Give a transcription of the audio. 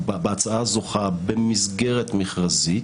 בהצעה הזוכה במסגרת מכרזית,